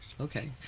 Okay